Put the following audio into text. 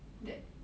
that